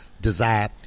desire